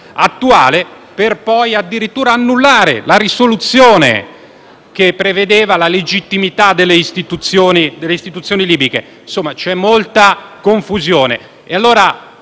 attuale, per poi addirittura annullare la risoluzione che prevedeva la legittimità delle istituzioni libiche. Insomma c'è molta confusione